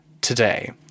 today